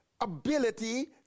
ability